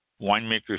winemakers